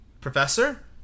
professor